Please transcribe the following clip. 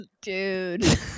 Dude